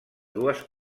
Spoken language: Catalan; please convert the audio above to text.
dues